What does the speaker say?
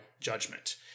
judgment